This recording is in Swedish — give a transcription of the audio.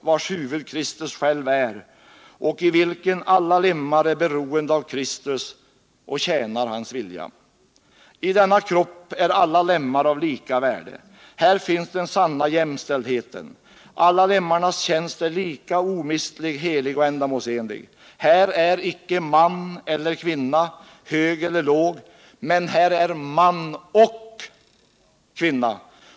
vars huvud Kristus själv är och i vilken alla lemmar är beroende av Kristus och tjänar hans vilja. I denna kropp är alla lemmar av lika värde. Här finns den sanna jämställdheten. Alla lemmarnas tjänst är lika omistlig, helig och ändamålsenlig. Här är icke man eller kvinna, hög eller låg - men här är man och kvinna.